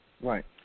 Right